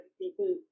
people